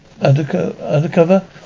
Undercover